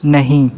नहीं